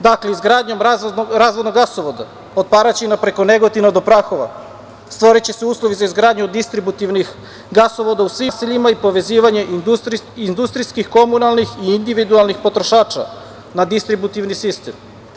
Dakle, izgradnjom razvodnog gasovoda od Paraćina preko Negotina do Prahova stvoriće se uslovi za izgradnju distributivnih gasovoda u svim naseljima i povezivanje industrijskih, komunalnih i individualnih potrošača na distributivni sistem.